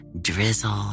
Drizzle